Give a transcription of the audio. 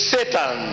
Satan